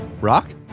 Rock